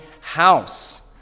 house